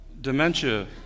dementia